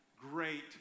great